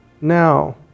now